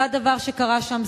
זה הדבר שקרה שם.